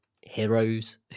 heroes